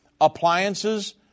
appliances